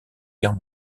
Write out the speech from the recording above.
guerre